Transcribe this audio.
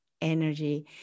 energy